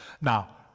Now